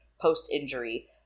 post-injury